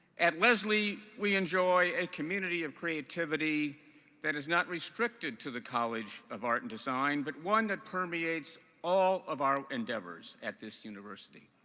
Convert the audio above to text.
at lesley we enjoy a community of creativity that is not restricted to the college of art and design but one that permeates all of our endeavors at this university.